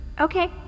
Okay